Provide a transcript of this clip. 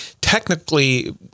technically